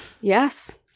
yes